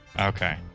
Okay